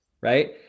right